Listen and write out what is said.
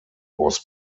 was